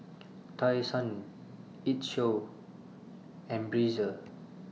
Tai Sun IT Show and Breezer